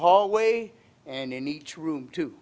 hallway and in each room to